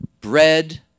Bread